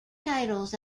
titles